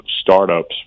startups